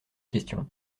question